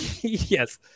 yes